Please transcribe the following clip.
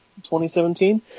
2017